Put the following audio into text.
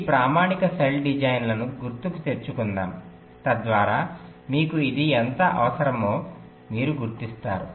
ఈ ప్రామాణిక సెల్ డిజైన్ను గుర్తుకు తెచ్చుకుందాం తద్వారా మీకు ఇది ఎందుకు అవసరమో మీరు గుర్తిస్తారు